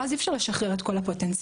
ואז אי-אפשר לשחרר את כל הפוטנציאל.